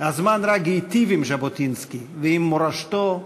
הזמן רק היטיב עם ז'בוטינסקי ועם מורשתו והגותו.